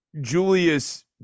julius